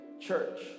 church